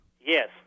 Yes